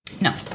No